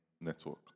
network